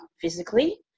physically